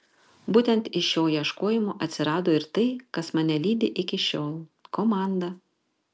būtent iš šio ieškojimo atsirado ir tai kas mane lydi iki šiol komanda